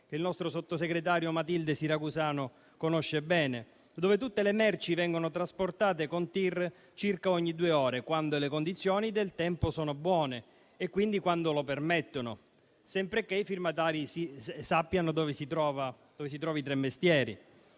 che il nostro sottosegretario Matilde Siracusano conosce bene, dove tutte le merci vengono trasportate con tir circa ogni due ore, quando le condizioni del tempo sono buone e quindi quando lo permettono, sempre che i firmatari sappiano dove si trova Tremestieri.